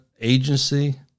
agency